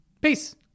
Peace